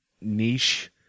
niche